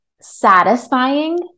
satisfying